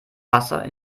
wasser